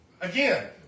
Again